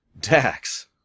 Dax